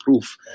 proof